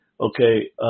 Okay